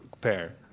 pair